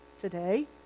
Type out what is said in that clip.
today